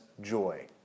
joy